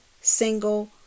single